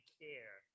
care